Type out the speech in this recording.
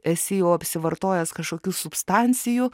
esi jau apsivartojęs kažkokių substancijų